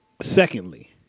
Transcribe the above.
Secondly